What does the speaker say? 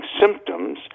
symptoms